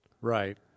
Right